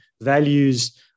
values